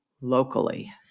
locally